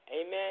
Amen